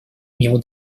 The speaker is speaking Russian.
ему